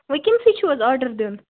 وُنکٮ۪نسٕے چھُو حظ آرڈَر دِیُن